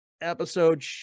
episode